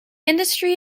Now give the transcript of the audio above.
industry